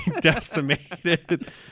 decimated